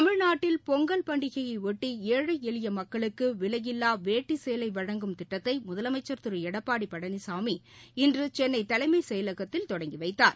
தமிழ்நாட்டில் பொங்கல் பண்டிகையையொட்டி ஏழை எளிய மக்களுக்கு விலையில்லா வேட்டி சேலை வழங்கும் திட்டத்தை முதலமைச்சா திரு எடப்பாடி பழனிசாமி இன்று சென்ளை தலைமைச் செயலகத்தில் தொடங்கி வைத்தார்